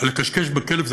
"לכשכש בכלב" זה